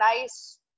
nice